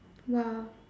!wow!